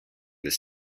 this